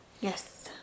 Yes